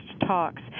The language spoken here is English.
talks